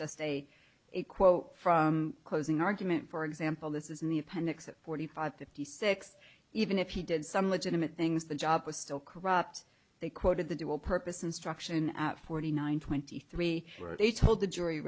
a quote from closing argument for example this is in the appendix of forty five fifty six even if he did some legitimate things the job was still corrupt they quoted the dual purpose instruction at forty nine twenty three where they told the jury